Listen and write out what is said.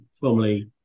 formerly